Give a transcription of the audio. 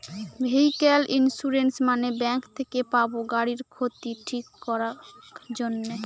vehicle insurance মানে bank থেকে পাবো গাড়ির ক্ষতি ঠিক করাক জন্যে